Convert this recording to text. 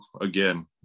again